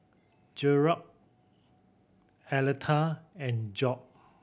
Gearld Aleta and Job